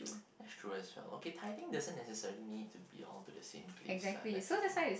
that's true as well okay tighten doesn't necessarily need to be all to the same place lah that's a thing